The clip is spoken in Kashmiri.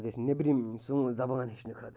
یہِ گژھِ نٮ۪برِم سون زبان ہیٚچھنہٕ خٲطرٕ